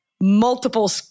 multiple